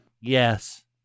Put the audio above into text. Yes